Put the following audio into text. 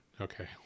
Okay